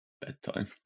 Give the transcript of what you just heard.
bedtime